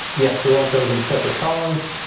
yes, we want those in separate columns.